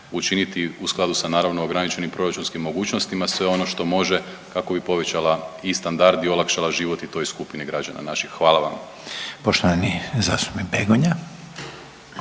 učiniti u skladu sa naravno ograničenim proračunskim mogućnostima sve ono što može kako bi povećala i standard i olakšala život i toj skupini građana naših. Hvala vam.